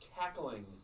cackling